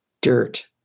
dirt